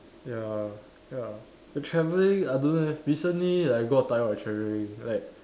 ya ya but travelling I don't know leh recently I got tired of travelling